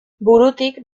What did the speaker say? burutik